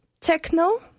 techno